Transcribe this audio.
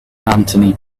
anthony